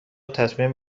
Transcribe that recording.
تصمیم